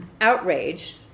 outrage